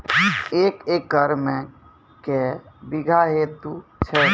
एक एकरऽ मे के बीघा हेतु छै?